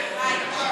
בשביל מה ככה?